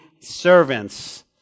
servants